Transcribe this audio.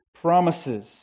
promises